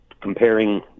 Comparing